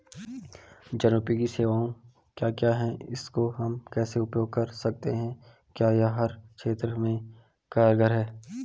जनोपयोगी सेवाएं क्या क्या हैं इसको हम कैसे उपयोग कर सकते हैं क्या यह हर क्षेत्र में कारगर है?